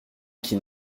qui